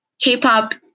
k-pop